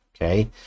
okay